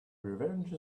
revenge